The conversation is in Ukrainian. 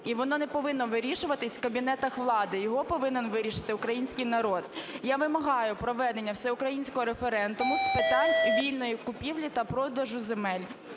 і воно не повинно вирішуватись в кабінетах влади, його повинен вирішити український народ. Я вимагаю проведення всеукраїнського референдуму з питань вільної купівлі та продажу земель.